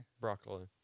Broccoli